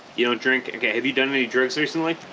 you don't drink okay have you done any drugs recently